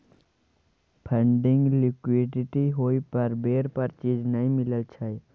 funding liquidity होइ पर बेर पर चीज नइ मिलइ छइ